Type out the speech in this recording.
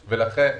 הנוכחי.